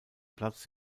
platz